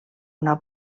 una